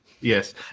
yes